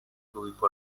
weapon